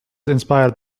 inspired